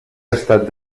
estat